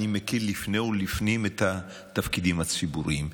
אני מכיר לפני ולפנים את התפקידים הציבוריים.